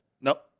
Nope